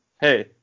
hey